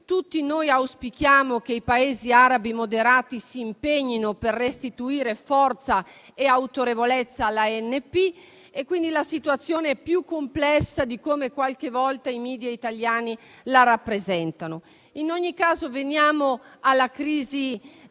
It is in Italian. Tutti noi auspichiamo che i Paesi arabi moderati si impegnino per restituire forza e autorevolezza all'ANP. Quindi, la situazione è più complessa di come qualche volta i *media* italiani la rappresentano. In ogni caso, veniamo alla crisi